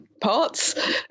parts